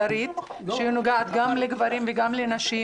שנוגעת גם לגברים וגם לנשים,